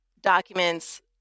documents